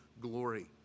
glory